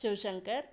Shivashankar